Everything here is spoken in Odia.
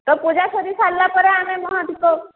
ତ ପୂଜା ସରି ସାରିଲା ପରେ ଆମେ ମହାଦୀପ